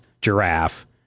giraffe